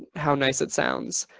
how nice it sounds.